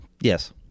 yes